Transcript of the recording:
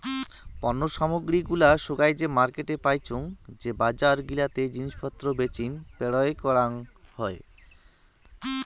পণ্য সামগ্রী গুলা সোগায় যে মার্কেটে পাইচুঙ যে বজার গিলাতে জিনিস পত্র বেচিম পেরোয় করাং হই